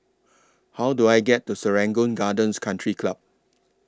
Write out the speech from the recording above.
How Do I get to Serangoon Gardens Country Club